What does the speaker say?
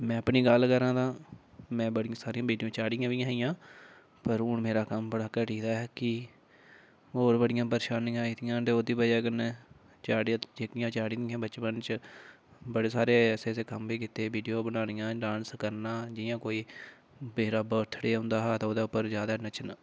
में अपनी गल्ल करां तां में बड़ी सारी विडियो चाढ़ी बी ऐ हियां पर हून मेरा कम्म बड़ा घटी दा ऐ कि जे होर बड़ी परेशानियां आई दियां न ते ओह्दी वजह् कन्नै जेह्कियां चाढ़ी दियां ऐ न बचपन च बड़े सारे ऐसे ऐसे कम्म बी कीते दे विडियो बनानियां डांस करना जि'यां कोई मेरा बर्थडे होंदा ते ओह्दे उप्पर ज्यादा नचना